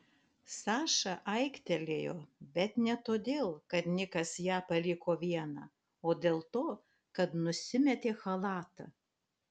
saša aiktelėjo bet ne todėl kad nikas ją paliko vieną o dėl to kad nusimetė chalatą